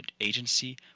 agency